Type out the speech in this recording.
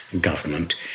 government